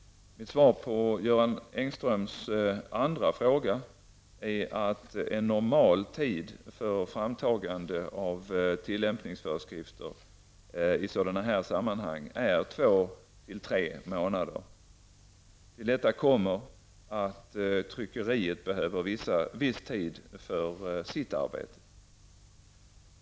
Mitt svar på Göran Engströms andra fråga är att en normal tid för framtagande av tillämpningsföreskrifter i sådana här sammanhang är 2--3 månader. Till detta kommer att tryckeriet behöver viss tid för sitt arbete.